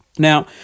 Now